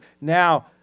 now